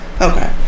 Okay